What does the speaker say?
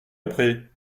après